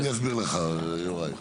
אני אסביר לך, יוראי.